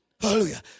hallelujah